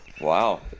Wow